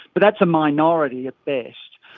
but that's a minority at best.